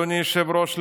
אדוני היושב-ראש,